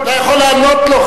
אתה יכול לענות לו,